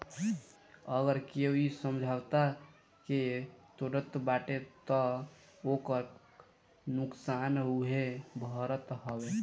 अगर केहू इ समझौता के तोड़त बाटे तअ ओकर नुकसान उहे भरत हवे